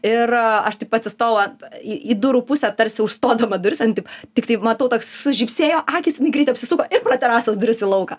ir aš taip pat įstoti į į durų pusę tarsi užstodama duris o jinai taip tiktai matau toks sužybsėjo akys jinai greit apsisuko ir pro terasos duris į lauką